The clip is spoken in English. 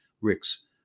Rick's